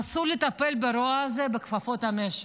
אסור לטפל ברוע הזה בכפפות של משי.